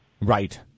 Right